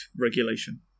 regulation